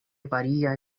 variaj